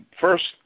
First